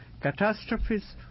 catastrophes